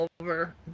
over